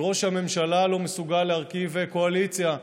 כי ראש הממשלה לא מסוגל להרכיב קואליציה.